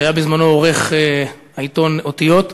שהיה בזמנו עורך העיתון "אותיות".